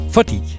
Fordi